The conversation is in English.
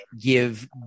give